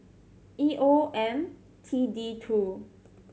E O M T D two